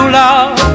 love